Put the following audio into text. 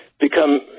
become